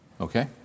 Okay